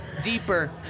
deeper